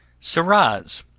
sirrahs!